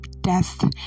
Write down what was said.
death